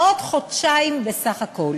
עוד חודשיים בסך הכול.